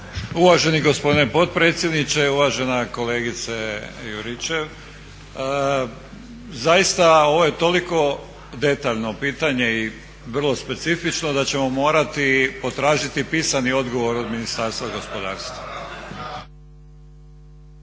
Uvaženi gospodine potpredsjedniče, uvažena kolegice Juričev zaista ovo je toliko detaljno pitanje i vrlo specifično da ćemo morati potražiti pisani odgovor od Ministarstva gospodarstva.